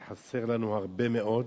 אז חסר לנו הרבה מאוד.